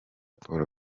paul